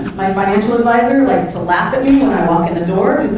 my financial advisor likes to laugh at me when i walk in the door